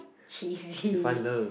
cheesy